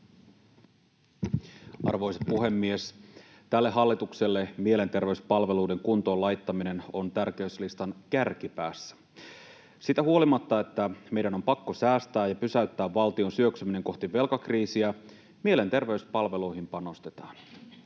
Arvoisa puhemies! Tälle hallitukselle mielenterveyspalveluiden kuntoon laittaminen on tärkeyslistan kärkipäässä. Siitä huolimatta, että meidän on pakko säästää ja pysäyttää valtion syöksyminen kohti velkakriisiä, mielenterveyspalveluihin panostetaan.